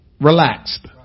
Relaxed